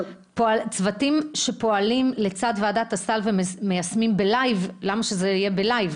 צוותים שפועלים לצד ועדת הסל ומיישמים בלייב - למה שזה יהיה בלייב?